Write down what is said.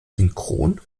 synchron